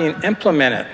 being implemented